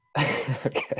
okay